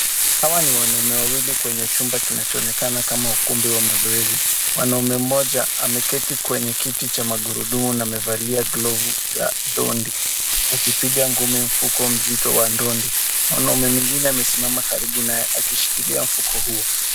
Hawa ni wanaume wawili kwenye chumba kinachoonekana kama ukumbi wa mazoezi. Mwanaume mmoja ameketi kwenye kiti cha magurudumu na amevalia glovu za dondi akipiga ngumi mfuko mzito wa ndondi. Mwanaume mwingine amesimama karibu naye akishikilia mfuko huo.